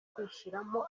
kwishyiramo